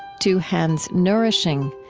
two hands nourishing,